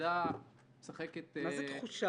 שהוועדה משחקת --- מה זה "תחושה"?